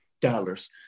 dollars